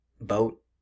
boat